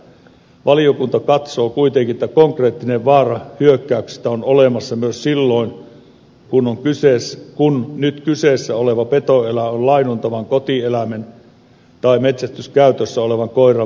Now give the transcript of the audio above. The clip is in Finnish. valiokunta katsoo kuitenkin että konkreettinen vaara hyökkäyksestä on olemassa myös silloin kun nyt kyseessä oleva petoeläin on laiduntavan kotieläimen tai metsästyskäytössä olevan koiran välittömässä läheisyydessä